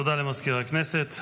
תודה למזכיר הכנסת.